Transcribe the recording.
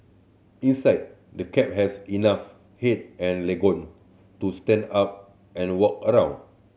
inside the cab has enough head and legroom to stand up and walk around